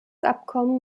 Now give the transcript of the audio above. abkommen